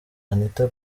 anita